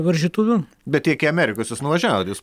varžytuvių bet iki amerikos jūs nuvažiavot jūs